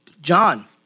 John